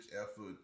effort